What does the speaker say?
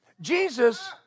Jesus